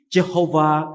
Jehovah